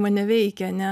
mane veikia ane